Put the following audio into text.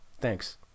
Thanks